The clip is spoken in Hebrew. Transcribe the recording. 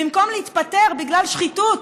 במקום להתפטר, בגלל שחיתות